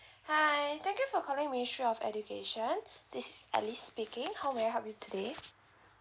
hi I thank you for calling ministry of education this alice speaking how may I help you today